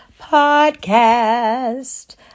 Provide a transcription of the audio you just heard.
podcast